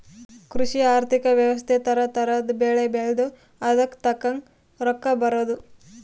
ಕೃಷಿ ಆರ್ಥಿಕ ವ್ಯವಸ್ತೆ ತರ ತರದ್ ಬೆಳೆ ಬೆಳ್ದು ಅದುಕ್ ತಕ್ಕಂಗ್ ರೊಕ್ಕ ಬರೋದು